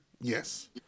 yes